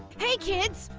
hey kids!